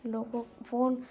لوگوں فون